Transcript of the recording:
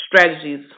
strategies